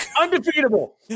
undefeatable